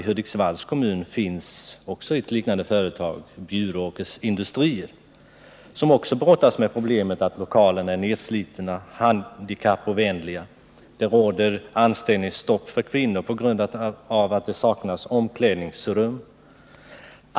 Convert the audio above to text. I Hudiksvalls kommun finns ett liknande företag, Bjuråkers industrier, som cckså brottas med problemet att lokalerna är nedslitna och handikappovänliga. Det råder anställningsstopp för kvinnor på grund av att det saknas omklädningsrum.